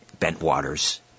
Bentwaters